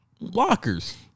lockers